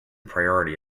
priority